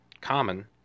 common